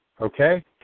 Okay